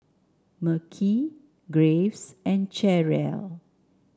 Mekhi Graves and Cherrelle